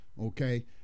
okay